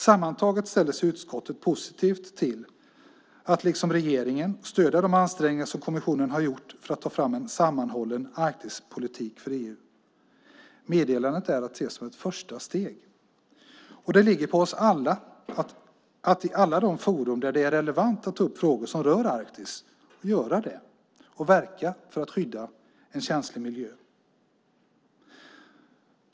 Sammantaget ställer sig utskottet positivt till att liksom regeringen stödja de ansträngningar som kommissionen har gjort för att ta fram en sammanhållen Arktispolitik för EU. Meddelandet är att se som ett första steg. Det ligger på oss alla att i alla de forum där det är relevant att ta upp frågor som rör Arktis göra det och verka för att skydda en känslig miljö.